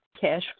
cash